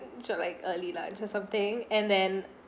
so like early brunch or something and then